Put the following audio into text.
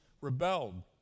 rebelled